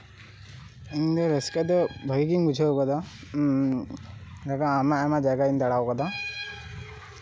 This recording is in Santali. ᱤᱧ ᱫᱚ ᱨᱟᱹᱥᱠᱟᱹ ᱫᱚ ᱵᱷᱟᱹᱜᱤ ᱜᱤᱧ ᱵᱩᱡᱷᱟᱹᱣ ᱟᱠᱟᱫᱟ ᱮᱸᱜ ᱜᱚᱴᱟ ᱟᱭᱢᱟᱼᱟᱭᱢᱟ ᱡᱟᱭᱜᱟᱧ ᱫᱟᱸᱬᱟᱣᱟᱠᱟᱫᱟ